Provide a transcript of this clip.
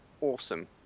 awesome